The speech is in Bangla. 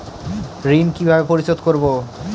ঋণ কিভাবে পরিশোধ করব?